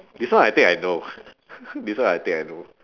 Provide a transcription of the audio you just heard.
this one I think I know this one I think I know